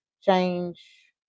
change